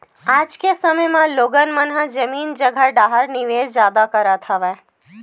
आज के समे म लोगन मन ह जमीन जघा डाहर निवेस जादा करत हवय